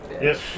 yes